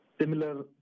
similar